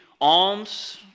alms